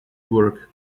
work